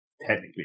technically